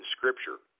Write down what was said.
Scripture